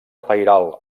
pairal